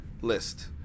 list